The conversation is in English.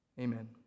Amen